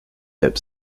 web